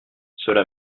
cela